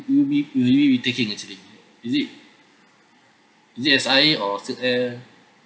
we we will we be taking actually is it is it S_I_A or silkair